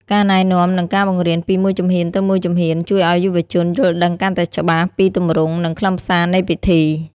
ការណែនាំ និងការបង្រៀនពីមួយជំហានទៅមួយជំហាន ជួយឱ្យយុវជនយល់ដឹងកាន់តែច្បាស់ពីទម្រង់ និងខ្លឹមសារនៃពិធី។